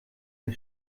der